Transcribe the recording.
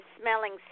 smelling